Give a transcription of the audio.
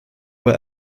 were